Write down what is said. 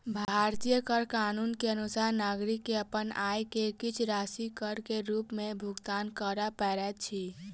भारतीय कर कानून के अनुसार नागरिक के अपन आय के किछ राशि कर के रूप में भुगतान करअ पड़ैत अछि